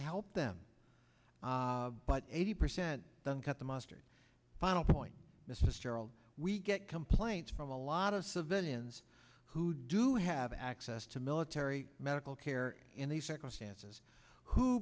help them but eighty percent doesn't cut the mustard final point this is gerald we get complaints from a lot of civilians who do have access to military medical care in these circumstances who